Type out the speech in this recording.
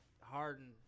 Harden